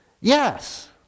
Yes